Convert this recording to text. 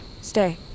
Stay